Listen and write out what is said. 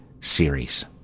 series